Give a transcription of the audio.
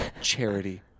charity